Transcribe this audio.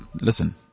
listen